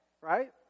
right